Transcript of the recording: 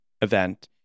event